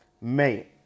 Mate